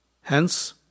Hence